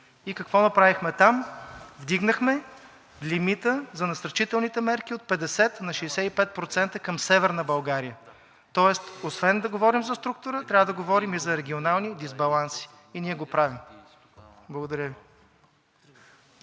и какво направихме там? Вдигнахме лимита за насърчителните мерки от 50 на 65% към Северна България. Тоест, освен да говорим за структура, трябва да говорим и за регионални дисбаланси и ние го правим. Благодаря Ви.